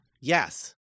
Yes